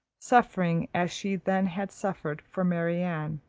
suffering as she then had suffered for marianne.